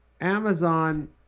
Amazon